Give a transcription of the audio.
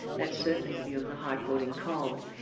that's certainly the view of the high court in cole.